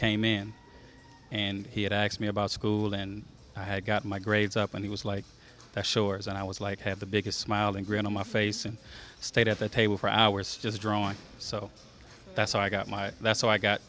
came in and he attacks me about school and i got my grades up and he was like the shores and i was like had the biggest smile and grin on my face and stayed at the table for hours just drawing so that's how i got my that's how i got